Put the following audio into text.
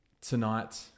tonight